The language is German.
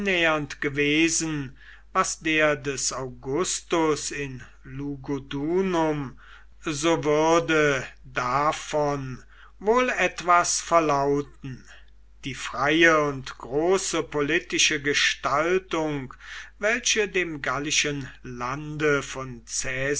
gewesen was der des augustus in lugudunum so würde davon wohl etwas verlauten die freie und große politische gestaltung welche dem gallischen lande von